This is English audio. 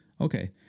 Okay